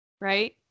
right